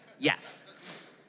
Yes